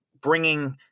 bringing